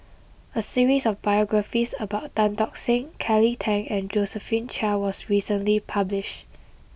a series of biographies about Tan Tock Seng Kelly Tang and Josephine Chia was recently published